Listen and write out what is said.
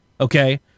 Okay